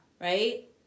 right